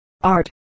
art